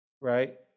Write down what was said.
right